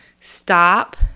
stop